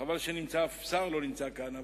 חבל שאף שר לא נמצא כאן.